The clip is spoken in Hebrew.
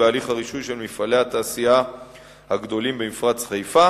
בהליך הרישוי של מפעלי התעשייה הגדולים במפרץ חיפה.